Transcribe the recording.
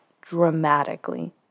dramatically